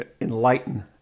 enlighten